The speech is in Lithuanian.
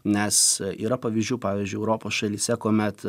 nes yra pavyzdžių pavyzdžiui europos šalyse kuomet